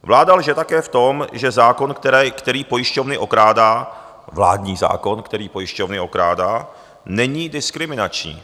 Vláda lže také v tom, že zákon, který pojišťovny okrádá vládní zákon, který pojišťovny okrádá není diskriminační.